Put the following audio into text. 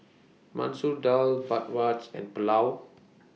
Masoor Dal Bratwurst and Pulao